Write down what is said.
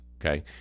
Okay